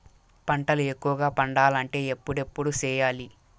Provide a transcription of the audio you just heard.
పంటల ఎక్కువగా పండాలంటే ఎప్పుడెప్పుడు సేయాలి?